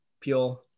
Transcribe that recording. pure